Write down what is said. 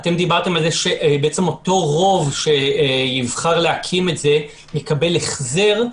דיברתם על זה שבעצם אותו רוב שיבחר להקים את זה יקבל החזר,